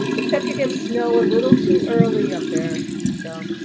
except you get snow a little too early up there. so,